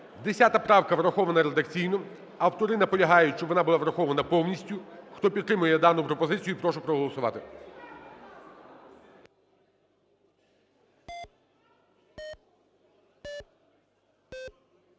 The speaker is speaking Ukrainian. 10 правка врахована редакційно. Автори наполягають, щоб вона була врахована повністю. Хто підтримує дану пропозицію, прошу проголосувати.